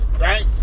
right